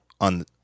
on